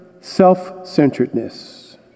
self-centeredness